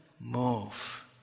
move